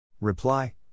Reply